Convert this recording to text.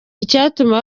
icyatuma